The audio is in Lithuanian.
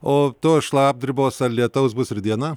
o tos šlapdribos ar lietaus bus ir dieną